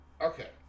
Okay